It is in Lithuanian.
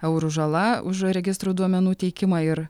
eurų žala už registro duomenų teikimą ir